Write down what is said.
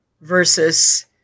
versus